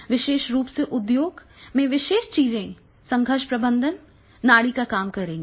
विशेष रूप से उद्योग में विशेष चीजें संघर्ष प्रबंधन नाड़ी में काम करेंगी